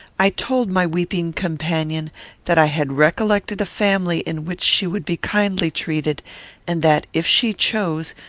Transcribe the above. i told my weeping companion that i had recollected a family in which she would be kindly treated and that, if she chose,